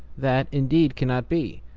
that, indeed, cannot be,